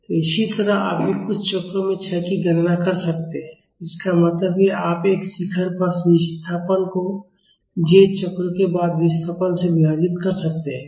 तो इसी तरह आप भी कुछ चक्रों में क्षय की गणना कर सकते हैं इसका मतलब है आप एक शिखर पर विस्थापन को j चक्रों के बाद विस्थापन से विभाजित कर सकते हैं